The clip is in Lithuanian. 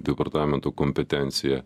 departamento kompetencija